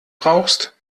brauchst